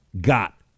got